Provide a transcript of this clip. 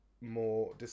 more